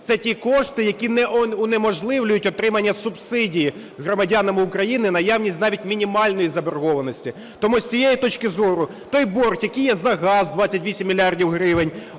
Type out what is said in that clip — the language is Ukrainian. Це ті кошти, які унеможливлюють отримання субсидій громадянами України, наявність навіть мінімальної заборгованості. Тому з цієї точки зору той борг, який є за газ 28 мільярдів